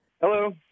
Hello